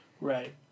Right